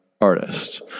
artist